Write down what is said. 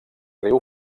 riu